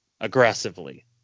aggressively